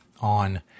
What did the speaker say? on